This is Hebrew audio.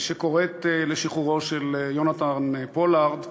שקוראת לשחרורו של יונתן פולארד.